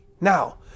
Now